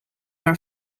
are